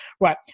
right